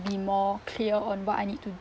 be more clear on what I need to